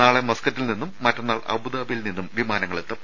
നാളെ മസ്കറ്റിൽ നിന്നും മറ്റന്നാൾ അബുദാബിയിൽ നിന്നും വിമാനങ്ങളെത്തും